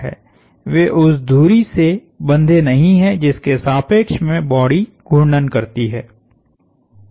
वे उस धुरी से बंधे नहीं हैं जिसके सापेक्ष में बॉडी घूर्णन करती है